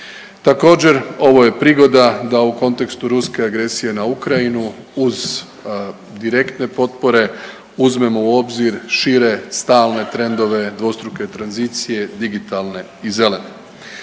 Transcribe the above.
Također ovo je prigoda da u kontekstu ruske agresije na Ukrajinu uz direktne potpore uzmemo u obzir šire, stalne trendove dvostruke tranzicije digitalne i zelene.